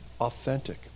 authentic